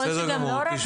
בסדר גמור.